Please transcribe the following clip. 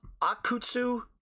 Akutsu